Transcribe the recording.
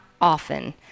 often